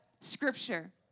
scripture